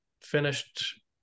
finished